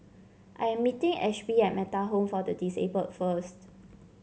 I am meeting Ashby at Metta Home for the Disabled first